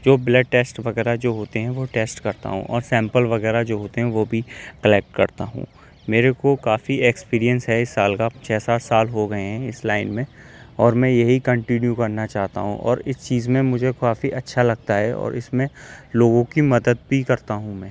جو blood test وغیرہ جو ہوتے ہیں وہ ٹیسٹ کرتا ہوں اور سیمپل وغیرہ جو ہوتے ہیں وہ بھی کلیکٹ کرتا ہوں میرے کو کافی ایکسپیریئنس ہے اس سال کا چھ سات سال ہو گئے ہیں اس لائن میں اور میں یہی کنٹینیو کرنا چاہتا ہوں اور اس چیز میں مجھے کافی اچھا لگتا ہے اور اس میں لوگوں کی مدد بھی کرتا ہوں میں